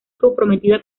comprometida